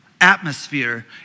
atmosphere